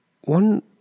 One